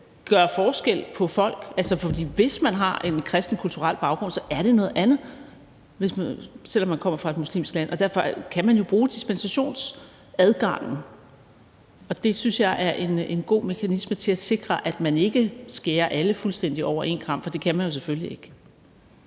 gøre forskel på folk. For hvis man har en kristen kulturel baggrund, er det noget andet, selv om man kommer fra et muslimsk land. Derfor kan man jo bruge dispensationsadgangen, og det synes jeg er en god mekanisme til at sikre, at man ikke skærer alle fuldstændig over en kam, for det kan man jo selvfølgelig ikke.